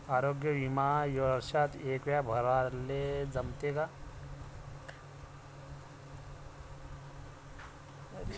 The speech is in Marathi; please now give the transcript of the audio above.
आरोग्य बिमा वर्षात एकवेळा भराले जमते का?